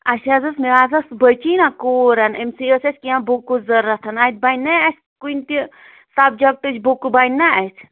اَسہِ حظ ٲس مےٚ حظ ٲس بٔچی نا کوٗر ہَن أمۍسٕے ٲس اَسہِ کیٚنٛہہ بُکٕس ضروٗرت اَتہِ بنیٛا اَسہِ کُنہِ تہِ سبجکٹٕچ بُکہٕ بنیٛا اَتہِ